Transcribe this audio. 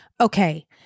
Okay